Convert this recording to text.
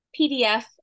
PDF